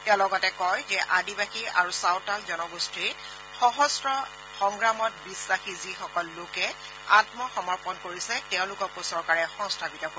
তেওঁ লগতে কয় যে আদিবাসী আৰু চাওতাল জনগোষ্ঠীৰ সহস্য সংগ্ৰামত বিধাসী যিসকল লোকে আম্ম সমৰ্পণ কৰিছে তেওঁলোককো চৰকাৰে সংস্থাপিত কৰিব